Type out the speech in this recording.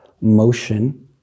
motion